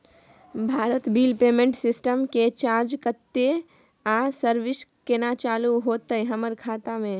Bharat bill payment system के charge कत्ते इ आ इ सर्विस केना चालू होतै हमर खाता म?